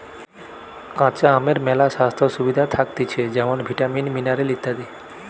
কাঁচা আমের মেলা স্বাস্থ্য সুবিধা থাকতিছে যেমন ভিটামিন, মিনারেল ইত্যাদি